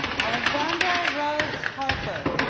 alexandra rhodes harper